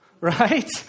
right